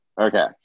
Okay